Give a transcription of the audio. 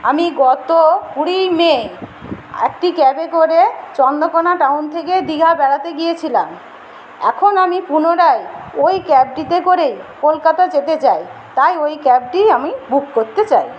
আমি গত কুড়ির মে একটি ক্যাবে করে চন্দ্রকোনা টাউন থেকে দিঘা বেড়াতে গিয়েছিলাম এখন আমি পুনরায় ওই ক্যাবটিতে করেই কলকাতা যেতে চাই তাই ওই ক্যাবটি আমি বুক করতে চাই